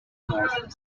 north